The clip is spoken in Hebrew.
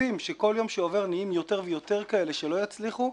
הקיבוצים שכל יום שעובר נהיים יותר ויותר כאלה שלא יצליחו,